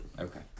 Okay